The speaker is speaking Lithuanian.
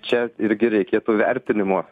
čia irgi reikėtų vertinimo